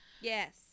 Yes